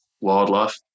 wildlife